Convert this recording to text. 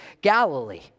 Galilee